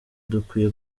dukwiye